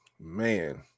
Man